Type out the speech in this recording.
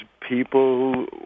people